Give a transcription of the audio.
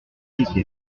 critique